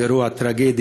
זה אירוע טרגי,